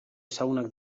ezagunak